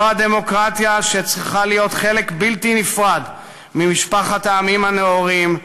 זו הדמוקרטיה שצריכה להיות חלק בלתי נפרד ממשפחת העמים הנאורים,